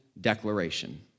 declaration